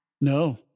No